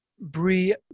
brie